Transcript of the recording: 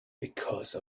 because